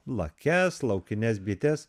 lakias laukines bites